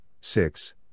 six